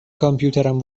کامپیوترم